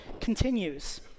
continues